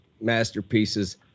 masterpieces